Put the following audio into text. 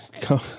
come